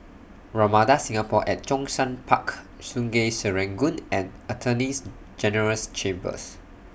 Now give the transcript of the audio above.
Ramada Singapore At Zhongshan Park Sungei Serangoon and Attorney's General's Chambers